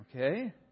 okay